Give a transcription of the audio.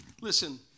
Listen